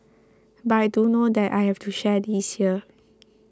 but I do know that I have to share this here